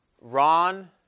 Ron